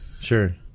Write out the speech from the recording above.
sure